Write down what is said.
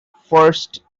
first